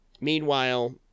Meanwhile